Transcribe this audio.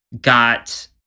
got